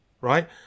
right